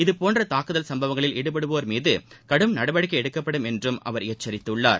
இதபோன்ற தூக்குதல் சும்பவங்களில் ஈடுபடுவோர் மீது கடும் நடவடிக்கை எடுக்கப்படும் என்றும் அவர் எச்சரித்துள்ளார்